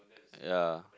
ya